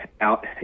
out